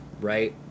right